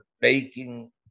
baking